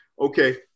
Okay